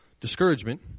Discouragement